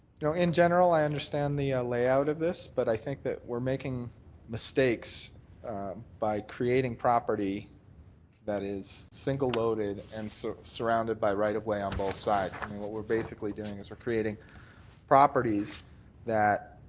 you know in general, i understand the ah layout of this but i think that we're making mistakes by creating property that is single loaded and so surrounded by right of way on both sides. what we're basically doing is creating properties that